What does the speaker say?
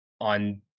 on